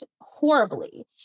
horribly